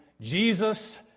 Jesus